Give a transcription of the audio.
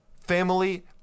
family